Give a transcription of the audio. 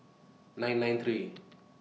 nine nine three